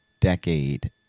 decade